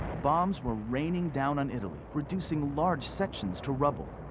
bombs were raining down on italy, reducing large sections to rubble.